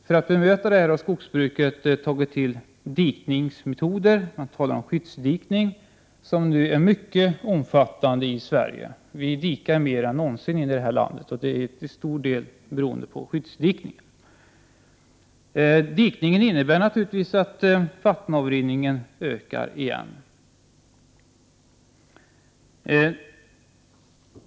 För att möta det har man inom skogsbruket tagit till dikningsmetoder: Man talar om skyddsdikning, något som nu är mycket omfattande i Sverige. Vi dikar mer än någonsin här i landet. Det är till stor del beroende på skyddsdikningen. Dikningen innebär naturligtvis att vattenavrinningen ökar igen.